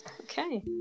Okay